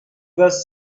was